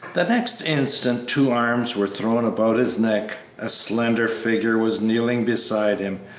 the next instant two arms were thrown about his neck, a slender figure was kneeling beside him,